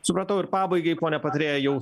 supratau ir pabaigai ponia patarėja jau